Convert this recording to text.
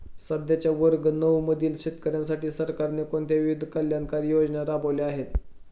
सध्याच्या वर्ग नऊ मधील शेतकऱ्यांसाठी सरकारने कोणत्या विविध कल्याणकारी योजना राबवल्या आहेत?